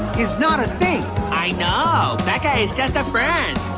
is not a thing. i know. becca is just a friend.